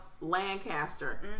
Lancaster